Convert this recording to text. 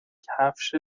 کفش